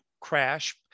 crash